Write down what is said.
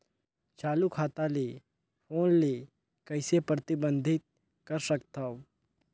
चालू खाता ले फोन ले कइसे प्रतिबंधित कर सकथव?